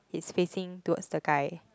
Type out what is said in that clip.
it's facing towards the guy